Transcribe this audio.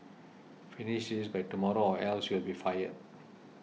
finish this by tomorrow or else you'll be fired